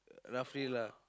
roughly lah